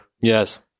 Yes